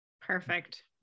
Perfect